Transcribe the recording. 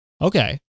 okay